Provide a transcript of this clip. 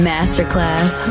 Masterclass